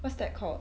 what's that called